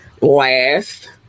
last